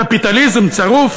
קפיטליזם צרוף,